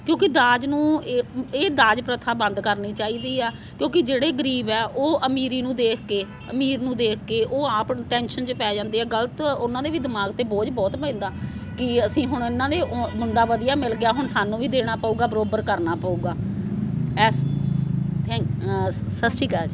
ਕਿਉਂਕਿ ਦਾਜ ਨੂੰ ਇ ਇਹ ਦਾਜ ਪ੍ਰਥਾ ਬੰਦ ਕਰਨੀ ਚਾਹੀਦੀ ਆ ਕਿਉਂਕਿ ਜਿਹੜੇ ਗਰੀਬ ਆ ਉਹ ਅਮੀਰੀ ਨੂੰ ਦੇਖ ਕੇ ਅਮੀਰ ਨੂੰ ਦੇਖ ਕੇ ਉਹ ਆਪ ਟੈਨਸ਼ਨ 'ਚ ਪੈ ਜਾਂਦੇ ਆ ਗਲਤ ਉਹਨਾਂ ਦੇ ਵੀ ਦਿਮਾਗ 'ਤੇ ਬੋਝ ਬਹੁਤ ਪੈਂਦਾ ਕਿ ਅਸੀਂ ਹੁਣ ਇਹਨਾਂ ਨੇ ਉਹ ਮੁੰਡਾ ਵਧੀਆ ਮਿਲ ਗਿਆ ਹੁਣ ਸਾਨੂੰ ਉਹ ਵੀ ਦੇਣਾ ਪਊਗਾ ਬਰੋਬਰ ਕਰਨਾ ਪਊਗਾ ਇਸ ਥੈਂ ਸਤਿ ਸ਼੍ਰੀ ਅਕਾਲ ਜੀ